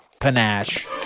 panache